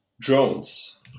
drones